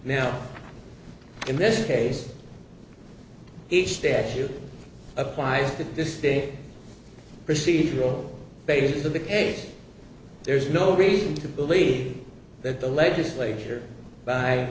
now in this case each statute applies to this procedural basis of the case there's no reason to believe that the legislature by